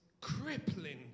crippling